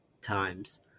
times